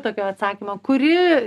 tokio atsakymo kuri